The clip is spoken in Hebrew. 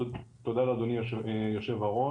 תודה לאדוני יושב הראש,